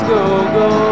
Go-Go